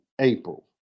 april